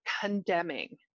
condemning